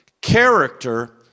Character